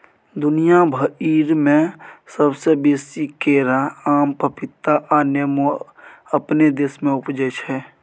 दुनिया भइर में सबसे बेसी केरा, आम, पपीता आ नेमो अपने देश में उपजै छै